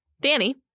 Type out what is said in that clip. Danny